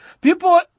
People